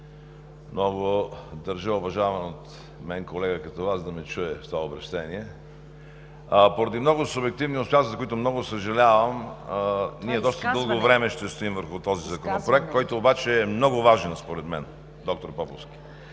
много държа уважаван от мен колега като Вас да ме чуе в това обръщение. Поради много субективни обстоятелства, за което много съжалявам, ние доста дълго време ще стоим върху този законопроект, който обаче е много важен според мен, доктор Поповски.